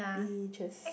beaches